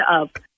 up